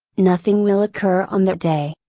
nothing will occur on that day.